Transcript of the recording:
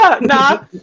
nah